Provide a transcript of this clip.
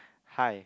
hi